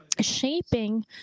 shaping